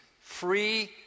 free